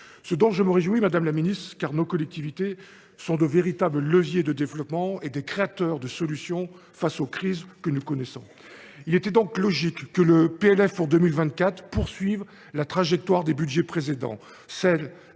pas ! Je m’en réjouis, madame la ministre, car nos collectivités sont de véritables leviers de développement, créatrices de solutions face aux crises que nous connaissons. Il était donc logique que le projet de loi de finances pour 2024 poursuive la trajectoire des budgets précédents : celle